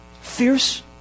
fierce